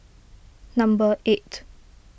number eight